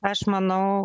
aš manau